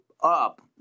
up